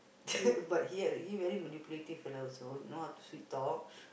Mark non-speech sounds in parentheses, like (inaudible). (breath) but he ah he very manipulative fellow also he know how to sweet talk